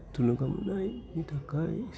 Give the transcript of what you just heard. थुलुंगा मोन्नायनि थाखाय